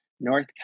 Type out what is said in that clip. North